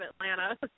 Atlanta